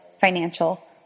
financial